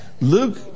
Luke